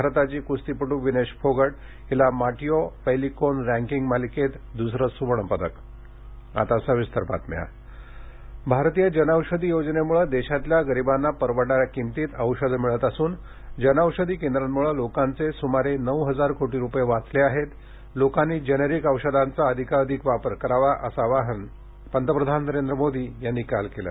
भारताची कुस्तीपटू विनेश फोगट हिला माटियो पैलिकोन रैंकिंग मालिकेत दुसर स्वर्णपदक जनौषधी दिवस भारतीय जन औषधी योजनेमुळे देशातल्या गरिबांना परवडणाऱ्या किमतीत औषधं मिळत असून जन औषधी केंद्रांमुळे लोकांचे सुमारे नऊ हजार कोटी रुपये वाचले आहेत लोकांनी जेनेरिक औषधांचा अधिकाधिक वापर करावा असं आवाहन पंतप्रधान नरेंद्र मोदी यांनी काल केलं